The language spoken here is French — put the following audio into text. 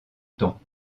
temps